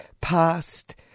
past